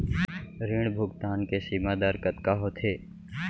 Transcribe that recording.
ऋण भुगतान के सीमा दर कतका होथे?